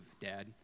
Dad